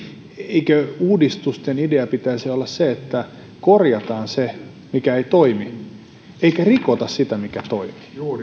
eikö uudistusten idean pitäisi olla se että korjataan se mikä ei toimi eikä rikota sitä mikä toimii